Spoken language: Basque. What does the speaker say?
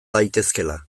daitezkeela